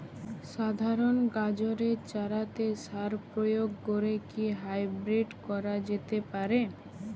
সাধারণ গাজরের চারাতে সার প্রয়োগ করে কি হাইব্রীড করা যেতে পারে?